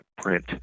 print